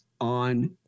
on